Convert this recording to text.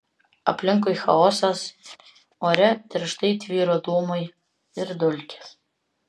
aplinkui chaosas ore tirštai tvyro dūmai ir dulkės